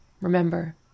Remember